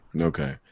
Okay